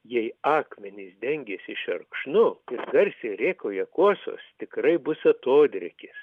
jei akmenys dengiasi šerkšnu garsiai rėkauja kuosos tikrai bus atodrėkis